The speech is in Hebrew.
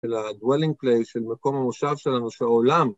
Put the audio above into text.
‫אל הדואלינג פלייס ‫של מקום המושב שלנו בעולם.